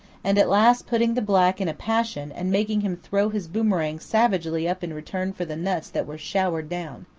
and at last putting the black in a passion, and making him throw his boomerang savagely up in return for the nuts that were showered down.